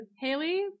Haley